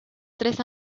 tres